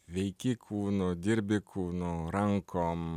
veiki kūnu dirbi kūnu rankom